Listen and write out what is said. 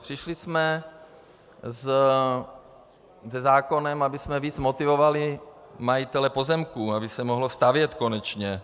Přišli jsme se zákonem, abychom víc motivovali majitele pozemků, aby se mohlo stavět konečně.